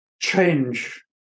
change